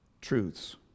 truths